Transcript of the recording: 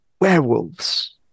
werewolves